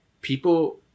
people